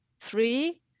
three